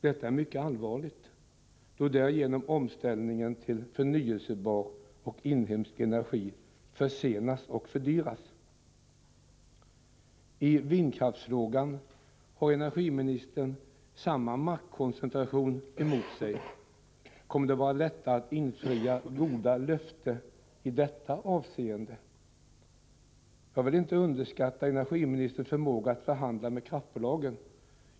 Detta är mycket allvarligt, då därigenom omställning-" en till förnyelsebar och inhemsk energi försenas och fördyras. I vindkraftsfrågan har energiministern samma maktkoncentration emot sig. Kommer det att vara lättare att infria goda löften i detta avseende? Jag vill inte underskatta energiministerns förmåga att förhandla med kraftbolagen.